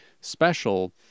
special